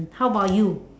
mm how bout you